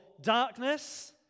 darkness